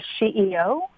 CEO